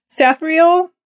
sathriel